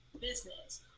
business